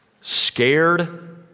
Scared